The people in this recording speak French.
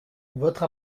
votre